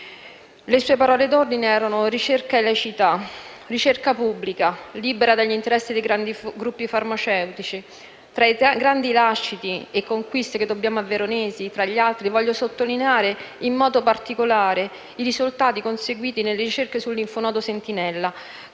Le sue parole d'ordine erano ricerca e laicità: ricerca pubblica, libera dagli interessi dei grandi gruppi farmaceutici. Tra i grandi lasciti e le conquiste che dobbiamo a Veronesi, tra gli altri, voglio sottolineare in modo particolare i risultati conseguiti nelle ricerche sul linfonodo sentinella,